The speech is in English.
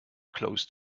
close